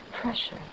Pressure